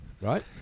Right